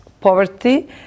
poverty